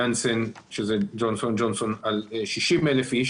יאנסן של ג'ונסון את ג'ונסון על 60,000 אנשים